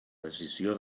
decisió